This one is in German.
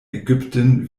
ägypten